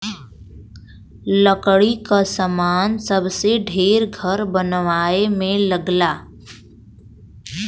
लकड़ी क सामान सबसे ढेर घर बनवाए में लगला